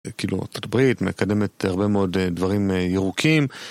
כאילו, ארצות הברית מקדמת הרבה מאוד דברים ירוקים.